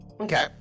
Okay